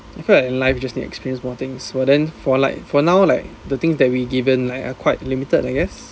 I feel like in life you just need to experience more things for then for like for now like the thing that we given like quite limited I guess